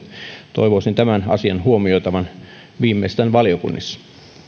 toivoisin tämän asian huomioitavan viimeistään valiokunnissa